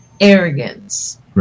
arrogance